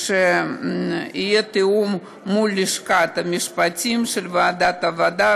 שאף תואמו מול הלשכה המשפטית של ועדת העבודה,